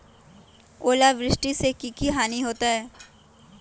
ओलावृष्टि से की की हानि होतै?